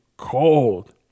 Cold